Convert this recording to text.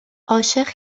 عاشق